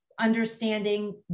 understanding